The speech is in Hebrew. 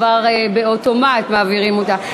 כבר באוטומט מעבירים אותה.